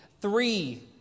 three